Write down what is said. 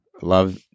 Love